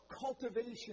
cultivation